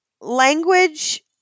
language